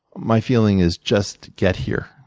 my feeling is just get here.